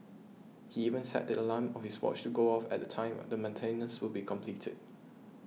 he even set the alarm of his watch to go off at the time the maintenance would be completed